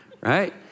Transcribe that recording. right